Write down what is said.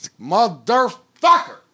motherfucker